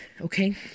Okay